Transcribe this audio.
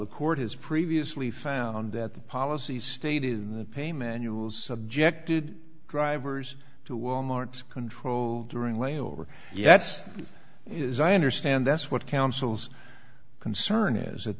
the court has previously found that the policy stated in the pe manual subjected drivers to wal mart's control during layover yes it is i understand that's what councils concern is that